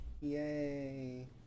Yay